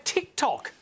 TikTok